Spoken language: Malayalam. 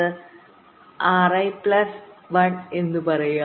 നമുക്ക് പറയാം